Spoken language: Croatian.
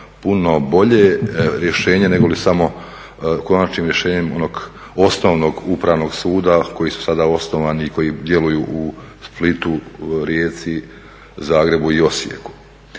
puno bolje rješenje nego li samo konačnim rješenjem onog osnovnog upravnog suda koji su sada osnovani i koji djeluju u Splitu, Rijeci, Zagrebu i Osijeku.